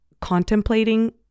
contemplating